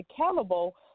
accountable